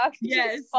Yes